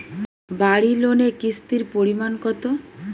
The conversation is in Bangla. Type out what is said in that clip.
বাড়ি লোনে কিস্তির পরিমাণ কত?